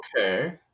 Okay